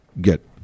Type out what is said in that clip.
get